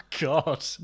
God